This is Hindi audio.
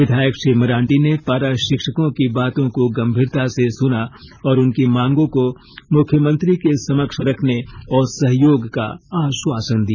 विधायक श्री मरांडी ने पाराशिक्षको की बांतो को गंभीरता से सुना और उनकी मांगों को मुख्यमंत्री के समक्ष रखने और सहयोग का आश्वासन दिया